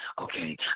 okay